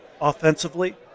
Offensively